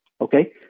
okay